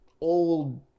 old